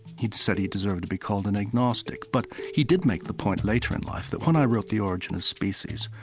he'd said he deserved to be called an agnostic. but he did make the point later in life that, when i wrote the origin of species,